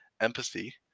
Empathy